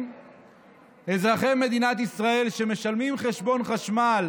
אזרחי מדינת ישראל שמשלמים חשבון חשמל